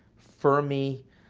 fermi,